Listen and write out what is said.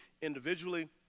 individually